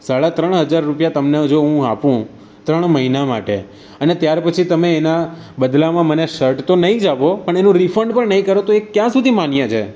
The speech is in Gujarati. સાળા ત્રણ હજાર તમને જો હું આપું ત્રણ મહિના માટે અને ત્યાર પછી તમે એના બદલામાં મને શર્ટ તો નહીં જ આપો પણ એનું રિફંડ પણ નહીં કરો તો એ ક્યાં સુધી માન્ય છે